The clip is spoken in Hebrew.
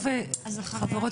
חברת הכנסת מואטי, בבקשה.